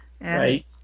Right